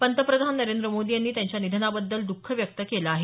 पंतप्रधान नरेंद्र मोदी यांनी त्यांच्या निधनाबद्दल दुःख व्यक्त केलं आहे